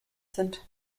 sind